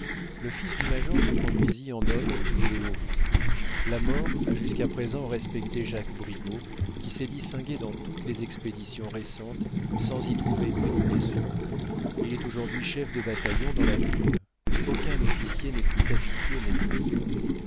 le fils du major se conduisit en homme qui voulait mourir la mort a jusqu'à présent respecté jacques brigaut qui s'est distingué dans toutes les expéditions récentes sans y trouver une blessure il est aujourd'hui chef de bataillon dans la ligne aucun officier n'est plus taciturne ni meilleur